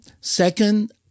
second